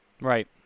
Right